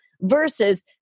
versus